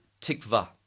tikva